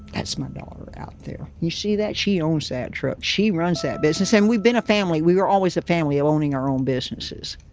that's my daughter out there. you see that? she owns that truck. she runs that business. and we've been a family. we were always a family of owning our own businesses.